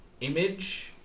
image